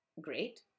great